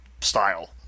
style